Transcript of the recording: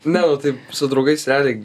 ne nu tai su draugais realiai